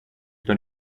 τον